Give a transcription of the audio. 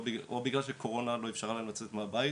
או בגלל שהקורונה לא אפשרה להם לצאת מהבית,